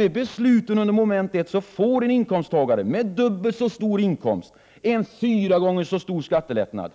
Med besluten under mom. 1 får en inkomsttagare med dubbelt så stor inkomst en fyra gånger så stor skattelättnad,